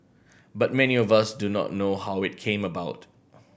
but many of us do not know how it came about